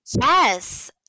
yes